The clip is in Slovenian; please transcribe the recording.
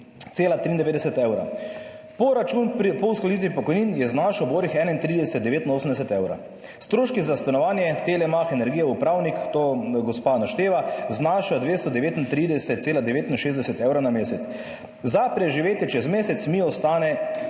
703,93 evrov. Poračun po uskladitvi pokojnin je znašel v borih 31,89 evrov. Stroški za stanovanje, Telemach, energija, upravnik,« to gospa našteva, »znašajo 239,69 evrov na mesec. Za preživetje čez mesec mi ostane